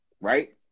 right